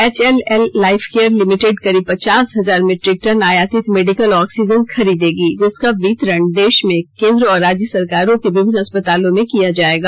H L L Lifecare limited करीब पचास हजार मीट्रिक टन आयातित मेडिकल ऑक्सीजन खरीदेगी जिसका वितरण देश में केन्द्र और राज्य सरकारों के विभिन्न अस्पलतालों में किया जायेगा